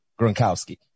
Gronkowski